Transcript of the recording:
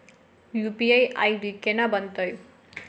UPI ID केना बनतै?